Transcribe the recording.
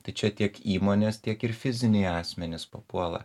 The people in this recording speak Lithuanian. tai čia tiek įmonės tiek ir fiziniai asmenys papuola